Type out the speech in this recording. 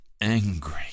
angry